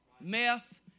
meth